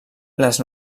les